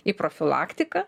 į profilaktiką